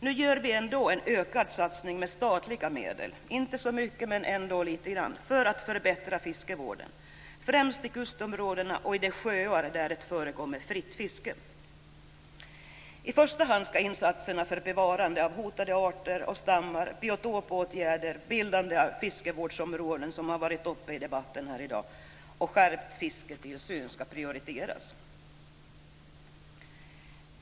Nu gör vi ändå en ökad satsning med statliga medel - inte så mycket, men ändå litet grand - för att förbättra fiskevården, främst i kustområdena och i de sjöar där det förekommer fritt fiske. I första hand skall insatserna för bevarande av hotade arter och stammar, biotopåtgärder, bildande av fiskevårdsområden - något som har varit uppe i debatten i dag - samt skärpt fisketillsyn prioriteras.